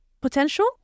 potential